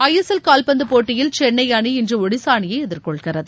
ISL காவ்பந்து போட்டியில் சென்னை அணி இன்று ஒடிஷா அணியை எதிர்கொள்கிறது